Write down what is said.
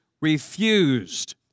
refused